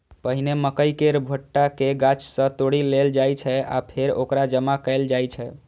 पहिने मकइ केर भुट्टा कें गाछ सं तोड़ि लेल जाइ छै आ फेर ओकरा जमा कैल जाइ छै